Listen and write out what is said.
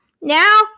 now